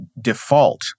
default